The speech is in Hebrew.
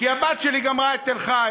כי הבת שלי גמרה בתל-חי